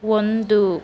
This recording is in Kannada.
ಒಂದು